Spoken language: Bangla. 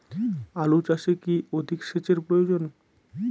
আলু চাষে কি অধিক সেচের প্রয়োজন?